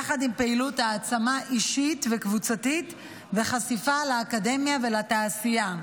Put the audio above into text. יחד עם פעילות העצמה אישית וקבוצתית וחשיפה לאקדמיה ולתעשייה.